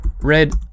red